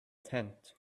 tent